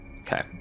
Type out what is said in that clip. Okay